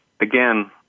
again